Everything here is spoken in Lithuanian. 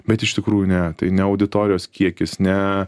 bet iš tikrųjų ne tai ne auditorijos kiekis ne